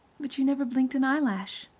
but you never blinked an eyelash.